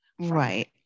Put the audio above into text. Right